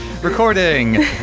Recording